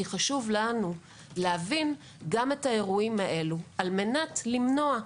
כי חשוב לנו להבין גם את האירועים הללו על מנת למנוע תאונות.